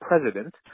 president